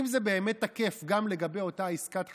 האם זה באמת תקף גם לגבי אותה עסקת חבילה?